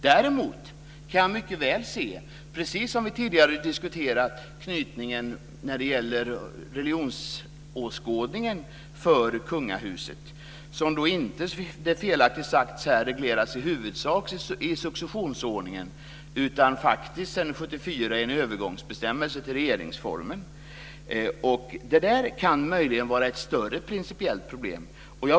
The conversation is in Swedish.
Däremot kan jag mycket väl se problem, precis som vi tidigare diskuterat, med knytningen när det gäller religionsåskådningen för kungahuset, som inte, som det felaktigt sagts här, i huvudsak regleras i successionsordningen utan faktiskt sedan 1974 i en övergångsbestämmelse till regeringsformen. Det där kan möjligen vara ett större principiellt problem.